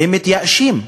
והם מתייאשים.